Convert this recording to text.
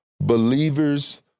Believers